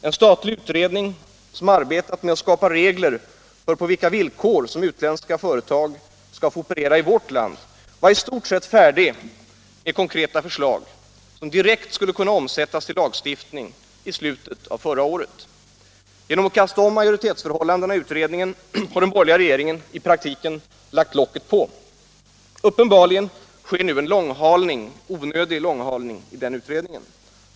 En statlig utredning som arbetat med att skapa regler för på vilka villkor som utländska multinationella företag skall få operera i vårt land var i stort sett färdig med konkreta förslag, som direkt skulle kunna omsättas till lagstiftning, i slutet av förra året. Genom att kasta om majoritetsförhållandena i utredningen har den borgerliga regeringen i praktiken lagt locket på. Uppenbarligen sker nu en onödig långhalning i den utredningen.